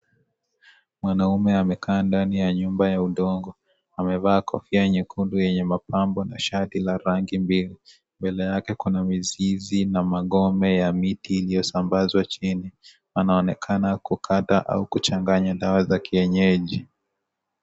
Mwanaume amekaa ndani ya nyumba ya udongo. Amevaa kofia nyekundu yenye mapambo na shati la rangi mbili. Mbele yake kuna mizizi na magome ya miti iliyosambazwa chini. Anaonekana kukata au kuchanganya dawa za kienyeji.